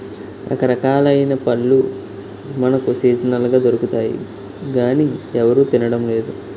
రకరకాలైన పళ్ళు మనకు సీజనల్ గా దొరుకుతాయి గానీ ఎవరూ తినడం లేదు